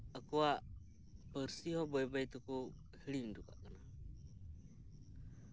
ᱟᱠᱚᱣᱟᱜ ᱯᱟᱹᱨᱥᱤ ᱦᱚᱸ ᱵᱟᱹᱭ ᱵᱟᱹᱭ ᱛᱮᱠᱚ ᱦᱤᱲᱤᱧ ᱦᱚᱴᱚ ᱠᱟᱜ ᱠᱟᱱᱟ